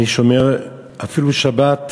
אני שומר אפילו שבת.